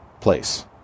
place